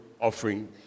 offering